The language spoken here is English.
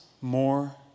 more